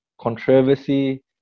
controversy